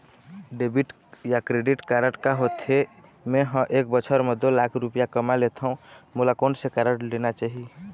Debit या credit card का होथे, मे ह एक बछर म दो लाख रुपया कमा लेथव मोला कोन से कारड लेना चाही?